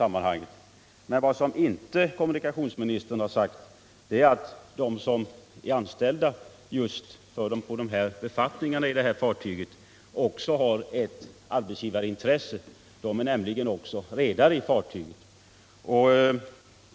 Men vad kommunikationsministern inte har sagt är att de som är anställda just på de här befattningarna på fartyget också har ett arbetsgivarintresse; de är nämligen också redare i fartyget.